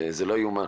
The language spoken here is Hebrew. זה לא יאומן.